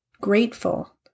grateful